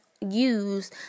use